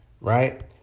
right